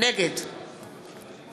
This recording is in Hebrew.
נגד